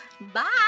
bye